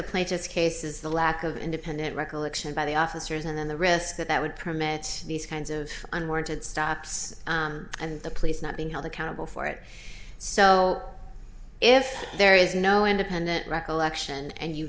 plaintiff's case is the lack of independent recollection by the officers and then the risk that that would permit these kinds of unwarranted stops and the police not being held accountable for it so if there is no independent recollection and you